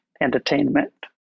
entertainment